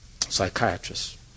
psychiatrist